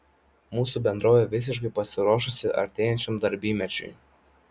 mūsų bendrovė visiškai pasiruošusi artėjančiam darbymečiui